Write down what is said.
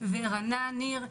ורנה ניר,